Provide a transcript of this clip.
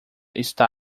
está